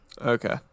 Okay